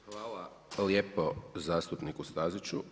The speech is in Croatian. Hvala lijepo zastupniku Staziću.